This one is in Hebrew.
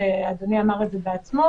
ואדוני אמר את זה בעצמו